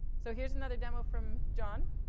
so here's another demo from john.